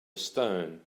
stone